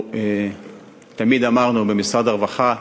תמיד אמרנו במשרד הרווחה,